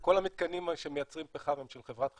כל המתקנים שמייצרים פחם הם של חברת חשמל,